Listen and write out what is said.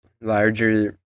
larger